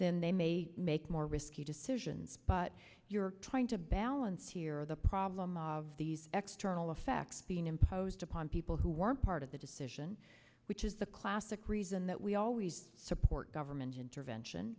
then they may make more risky decisions but you're trying to balance here the problem of these extra ill effects being imposed upon people who are part of the decision which is the classic reason that we always support government intervention